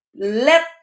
let